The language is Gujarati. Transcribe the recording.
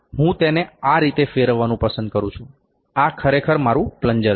હું તેને આ રીતે ફેરવવાનું પસંદ કરું છું આ ખરેખર મારું પ્લન્જર છે